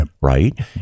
right